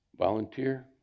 Volunteer